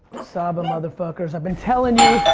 saba mother fuckers, i've been telling you.